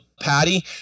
Patty